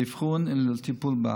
לאבחון שלה ולטיפול בה.